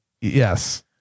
yes